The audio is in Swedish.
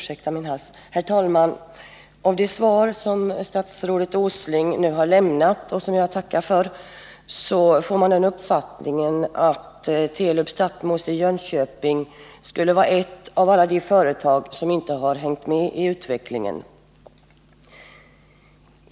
Herr talman! Av det svar som statsrådet Åsling nu har lämnat och som jag tackar för får man den uppfattningen att Telub-Stathmos i Jönköping skulle vara ett av alla de företag som inte ”hängt med” i utvecklingen.